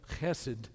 chesed